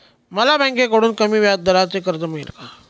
मला बँकेकडून कमी व्याजदराचे कर्ज मिळेल का?